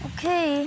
Okay